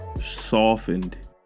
softened